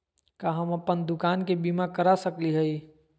का हम अप्पन दुकान के बीमा करा सकली हई?